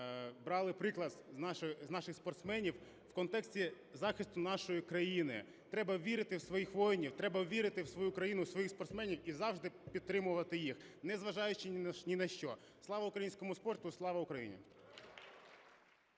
брали приклад з наших спортсменів у контексті захисту нашої країни. Треба вірити у своїх воїнів, треба вірити у свою країну, у своїх спортсменів і завжди підтримувати їх, незважаючи ні на що. Слава українському спорту! Слава Україні!